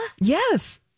Yes